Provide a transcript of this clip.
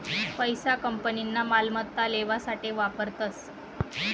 पैसा कंपनीना मालमत्ता लेवासाठे वापरतस